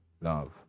love